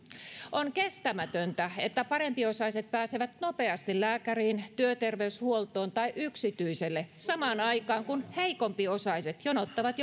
on kestämätöntä että parempiosaiset pääsevät nopeasti lääkäriin työterveyshuoltoon tai yksityiselle samaan aikaan kun heikompiosaiset jonottavat